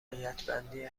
اولویتبندی